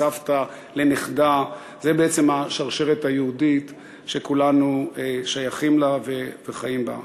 מסבתא לנכדה זו בעצם השרשרת היהודית שכולנו שייכים לה וחיים בה.